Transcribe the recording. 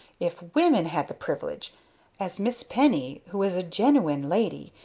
if wimmen had the privilege as miss penny, who is a geniwine lady,